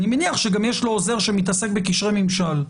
אני מניח שיש לו גם עוזר שעוסק בקשרי ממשל.